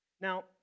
Now